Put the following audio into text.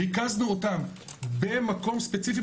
וריכזנו אותם במקום ספציפי,